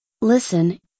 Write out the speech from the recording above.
Listen